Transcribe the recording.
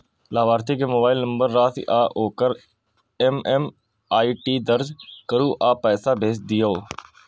लाभार्थी के mobile number, राशि आ ओकर एम.एम.आई.डी दर्ज करू आ पैसा भेज दियौ